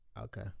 okay